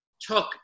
took